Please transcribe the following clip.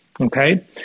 Okay